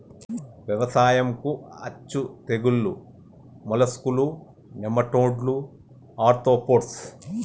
వ్యవసాయంకు అచ్చే తెగుల్లు మోలస్కులు, నెమటోడ్లు, ఆర్తోపోడ్స్